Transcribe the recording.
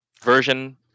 version